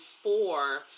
four